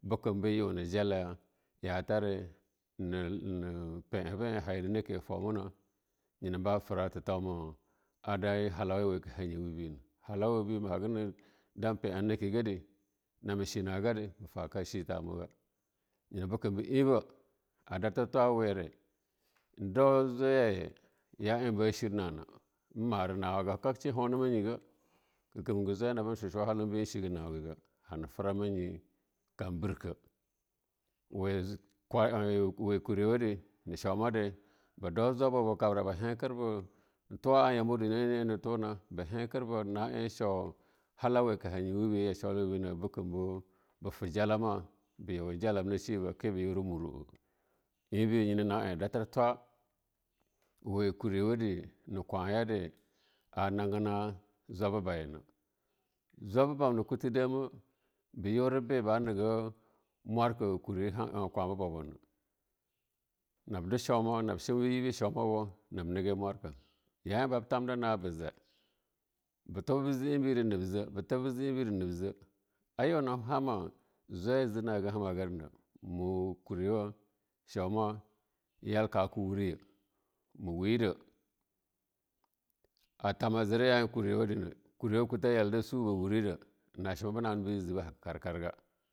Bekam be yo na jalaya yatare ne pe'aba eh a fumuna jaye na ba tera totumuna ada halauyecus ka hanye wubenab hala weba ma hagana da pe'eh nake gare nab shenaga ma taa kan she tatomaga nya bekam be enya were in dau julaiya yaye ya eh bashir nana in mara nana, haga kan huna ma nyega ke kanga jwai na shige nirege ga we kuriwa en dau jwaiya ya eh ba shirnana am mara na na we kuriwa na shuma waye be dan jwaibbabu kubra ba hetirba tuwa a yanbawa aunye na eh na tuna en tawa a yam be hanhir ba ya shacawa we bina be ta jacama ba the sheba ba joh ba ta jalama ba jiwun jalab na shebe bekam ke ba yore muruleh eba nye na naeh a dafir twa, we kuriw ade we kwaiya de ba nangena jauai ba bonayena, zwai ba bama a kute dam be yore be ba nege muarka kulaba bayena, nab dwash auma ba shum be ye ba yina shumawaye ya'e ban tandana na zai be tuba be be je ebinda nabje be tube ebidi nabje ayone hama mu kuriwa mu shuma yai kaka wuri mu kurwa a tam a jiryah amure yai suba wuriye atama na shema be nale ajina ba haga karkarga.